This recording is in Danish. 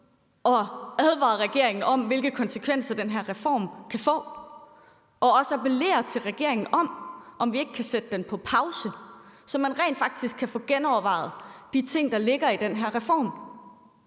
at advare regeringen om, hvilke konsekvenser den her reform kan få, og også appellere til regeringen om at sætte den på pause, så man rent faktisk kan få genovervejet de ting, der ligger i den her reform.